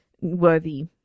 worthy